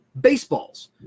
baseballs